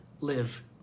live